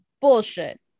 Bullshit